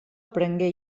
prengué